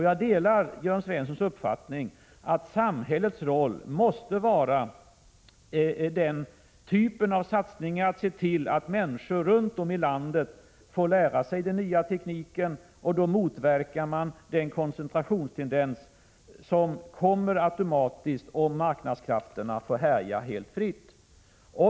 Jag delar Jörn Svenssons uppfattning att samhällets roll måste vara att göra den typen av satsningar, att se till att människor runt om i landet får lära sig den nya tekniken. Då motverkar man också den koncentrationstendens som kommer automatiskt om marknadskrafterna får härja helt fritt.